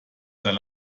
sein